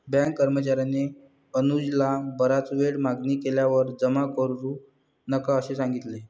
bank कर्मचार्याने अनुजला बराच वेळ मागणी केल्यावर जमा करू नका असे सांगितले